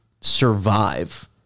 survive